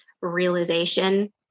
realization